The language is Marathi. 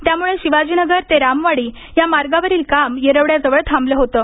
त्यामुळे शिवाजीनगर ते रामवाडी या मार्गावरील काम येरवड्याजवळ थांबलं होतं